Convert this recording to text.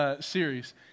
series